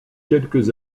quelques